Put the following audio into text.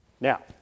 Now